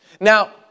Now